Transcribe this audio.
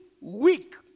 weak